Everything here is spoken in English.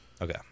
Okay